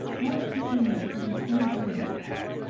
thus be they knit with etern' alliance,